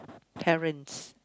parents